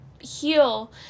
heal